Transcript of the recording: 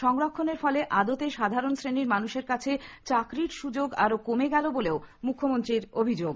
সংরক্ষণের ফলে আদতে সাধারণ শ্রেণীর মানুষের কাছে চাকুরীর সুযোগ আরো কমে গেল বলেও মুখ্যমন্ত্রীর অভিযোগ